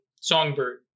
Songbird